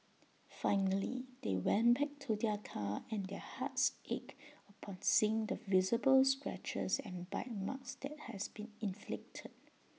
finally they went back to their car and their hearts ached upon seeing the visible scratches and bite marks that has been inflicted